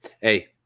hey